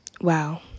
Wow